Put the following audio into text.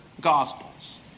Gospels